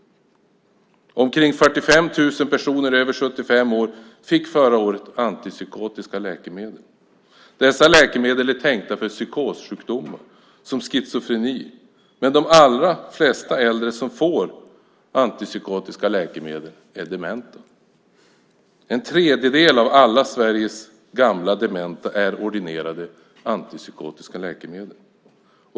Omkring 45 000 personer över 75 år fick förra året antipsykotiska läkemedel. Dessa läkemedel är tänkta för psykossjukdomar, som schizofreni, men de allra flesta äldre som får antipsykotiska läkemedel är dementa. En tredjedel av alla Sveriges gamla dementa är ordinerade antipsykotiska läkemedel.